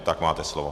Tak, máte slovo.